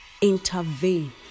intervene